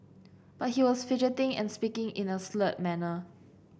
but he was fidgeting and speaking in a slurred manner